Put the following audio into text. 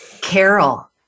Carol